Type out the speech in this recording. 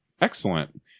Excellent